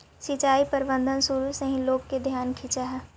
सिंचाई प्रबंधन शुरू से ही लोग के ध्यान खींचऽ हइ